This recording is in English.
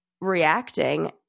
reacting